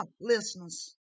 listeners